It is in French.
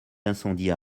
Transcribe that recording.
d’incendie